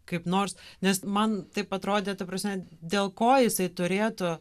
kaip nors nes man taip atrodė ta prasme dėl ko jisai turėtų